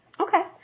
Okay